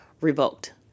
revoked